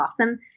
awesome